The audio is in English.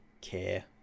care